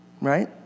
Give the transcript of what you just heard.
right